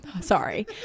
sorry